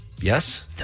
Yes